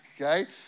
okay